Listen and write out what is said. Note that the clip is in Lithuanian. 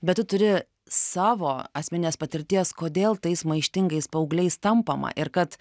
bet tu turi savo asmeninės patirties kodėl tais maištingais paaugliais tampama ir kad